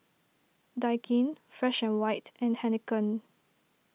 Daikin Fresh and White and Heinekein